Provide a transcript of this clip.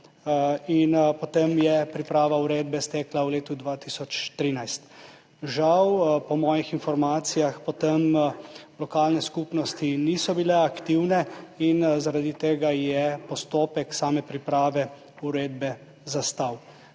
je potem priprava uredbe stekla v letu 2013. Žal po mojih informacijah potem lokalne skupnosti niso bile aktivne in je zaradi tega postopek same priprave uredbe zastal.